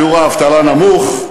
שיעור האבטלה נמוך,